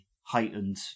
heightened